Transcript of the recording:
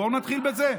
בואו נתחיל בזה.